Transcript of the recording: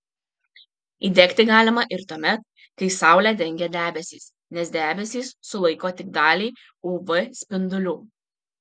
įdegti galima ir tuomet kai saulę dengia debesys nes debesys sulaiko tik dalį uv spindulių